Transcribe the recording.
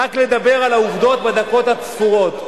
רק לדבר על העובדות בדקות הספורות.